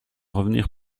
revenir